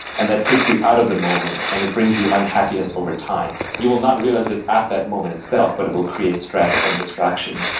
and that takes you out of the moment and it brings you unhappiness over time. you will not realize it at that moment itself but it will create stress and distraction.